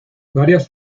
varias